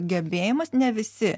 gebėjimas ne visi